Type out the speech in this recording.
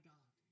God